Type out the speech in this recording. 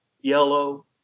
yellow